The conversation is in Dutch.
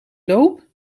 loop